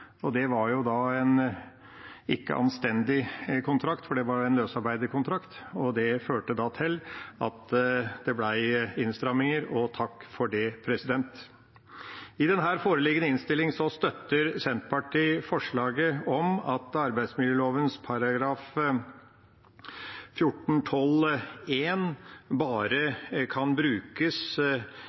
Det var ikke en anstendig kontrakt, for det var en løsarbeiderkontrakt. Det førte til at det ble innstramminger – og takk for det. I den foreliggende innstillinga støtter Senterpartiet forslaget om at arbeidsmiljøloven § 14-12 første ledd bare kan brukes